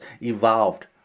evolved